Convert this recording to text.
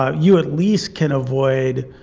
ah you at least can avoid,